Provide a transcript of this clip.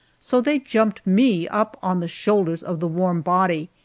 so they jumped me up on the shoulders of the warm body,